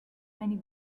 many